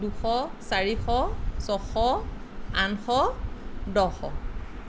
দুশ চাৰিশ ছশ আঠশ দশ